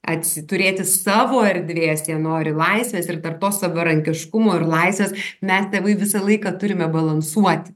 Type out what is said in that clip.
atsi turėti savo erdvės jie nori laisvės ir tarp to savarankiškumo ir laisvės mes tėvai visą laiką turime balansuoti